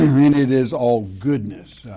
and it is all goodness.